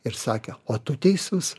ir sakė o tu teisus